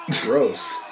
Gross